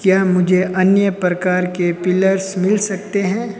क्या मुझे अन्य प्रकार के पीलर्स मिल सकते हैं